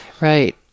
right